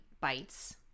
bites